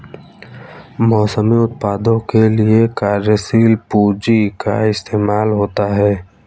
मौसमी उत्पादों के लिये कार्यशील पूंजी का इस्तेमाल होता है